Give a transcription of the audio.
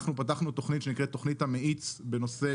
אנחנו פתחנו תוכנית שנקראת 'תוכנית המאיץ' בנושא,